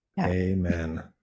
Amen